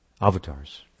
avatars